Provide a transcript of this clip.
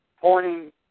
pointing